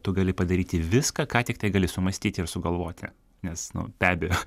tu gali padaryti viską ką tiktai gali sumąstyti ir sugalvoti nes nu be abejo